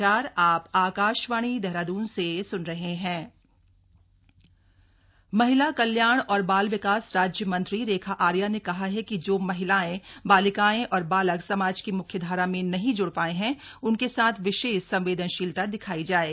समीक्षा बैठक महिला कल्याण और बाल विकास राज्यमंत्री रेखा आर्या ने कहा है कि जो महिलाएं बालिकाएं और बालक समाज की म्ख्यधारा में नहीं जुड़ पाये हैं उनके साथ विशेष संवेदनशीलता दिखाई जाये